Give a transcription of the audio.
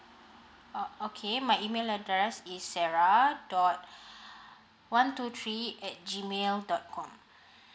oh okay my email address is sarah dot one two three at G mail dot com